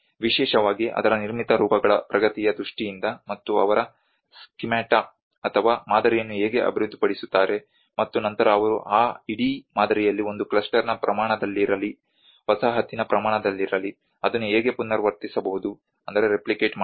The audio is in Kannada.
ವಿಶೇಷವಾಗಿ ಅದರ ನಿರ್ಮಿತ ರೂಪಗಳ ಪ್ರಗತಿಯ ದೃಷ್ಟಿಯಿಂದ ಮತ್ತು ಅವರು ಸ್ಕೀಮಾಟಾ ಅಥವಾ ಮಾದರಿಯನ್ನು ಹೇಗೆ ಅಭಿವೃದ್ಧಿಪಡಿಸುತ್ತಾರೆ ಮತ್ತು ನಂತರ ಅವರು ಆ ಇಡೀ ಮಾದರಿಯಲ್ಲಿ ಒಂದು ಕ್ಲಸ್ಟರ್ನ ಪ್ರಮಾಣದಲ್ಲಿರಲಿ ವಸಾಹತಿನ ಪ್ರಮಾಣದಲ್ಲಿರಲಿ ಅದನ್ನು ಹೇಗೆ ಪುನರಾವರ್ತಿಸಬಹುದು